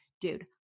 dude